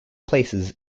places